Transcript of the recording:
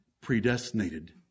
Predestinated